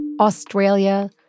Australia